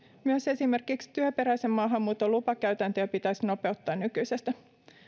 myös esimerkiksi työperäisen maahanmuuton lupakäytäntöjä pitäisi nopeuttaa nykyisestä